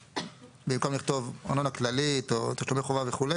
במקום לכתוב "ארנונה כללית" או "תשלומי חובה" וכו',